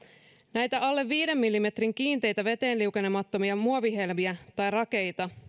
näitä alle viiden millimetrin kiinteitä veteen liukenemattomia muovihelmiä tai rakeita